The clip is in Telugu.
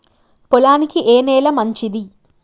పొలానికి ఏ నేల మంచిది?